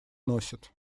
носит